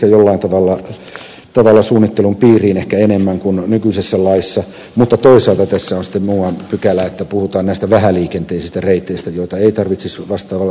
reitit tulevat tässä suunnittelun piiriin jollain tavalla ehkä paremmin kuin nykyisessä laissa mutta toisaalta tässä on sitten muuan pykälä jossa puhutaan näistä vähäliikenteisistä reiteistä joita ei tarvitsisi vastaavalla suunnittelumenettelyllä perustaa